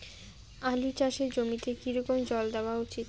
আলু চাষের জমিতে কি রকম জল দেওয়া উচিৎ?